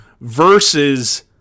versus